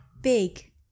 big